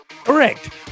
Correct